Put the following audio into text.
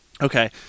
Okay